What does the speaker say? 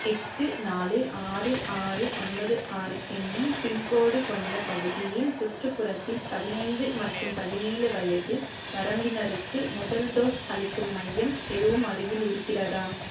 எட்டு நாலு ஆறு ஆறு ஒன்பது ஆறு என்னும் பின்கோடு கொண்ட பகுதியின் சுற்றுப்புறத்தில் பதினைந்து மற்றும் பதினேழு வயது வரம்பினருக்கு முதல் டோஸ் அளிக்கும் மையம் எதுவும் அருகில் இருக்கிறதா